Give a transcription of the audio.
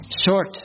short